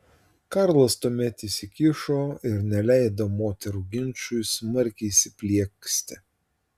karlas tuomet įsikišo ir neleido moterų ginčui smarkiau įsiplieksti